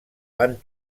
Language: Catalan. van